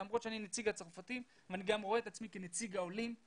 למרות שאני נציג הצרפתים אבל אני גם רואה את עצמי כנציג העולים.